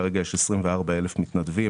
כרגע יש 24,000 מתנדבים.